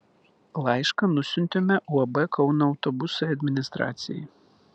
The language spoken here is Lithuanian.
laišką nusiuntėme uab kauno autobusai administracijai